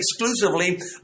exclusively